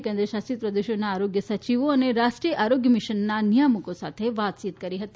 ેન્દ્ર શાસિત પ્રદેશોના આરોગ્ય સચિવો અને રાષ્ટ્રીય આરોગ્ય મીશનના નિયામકો સાથે વાતયીત કરી હતી